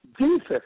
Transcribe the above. Jesus